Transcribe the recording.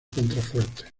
contrafuertes